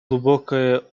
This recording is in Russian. глубокое